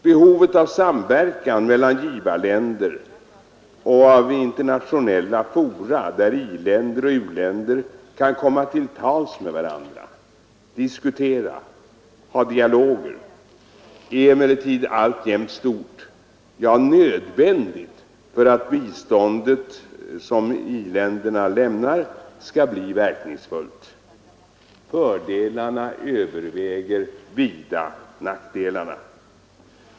Behovet av samverkan mellan givarländer och av internationella fora där i-länder och u-länder kan komma till tals med varandra, diskutera och ha dialoger, är emellertid alltjämt stort, ja nödvändigt, för att det bistånd i-länderna lämnar skall bli verkningsfullt. Fördelarna överväger vida nackdelarna.